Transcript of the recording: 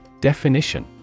Definition